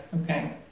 Okay